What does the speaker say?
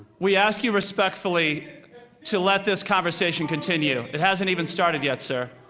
we ask you respectfully to let this conversation continue. it hasn't even started yet, sir.